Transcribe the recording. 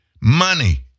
Money